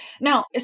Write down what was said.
Now